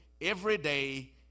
everyday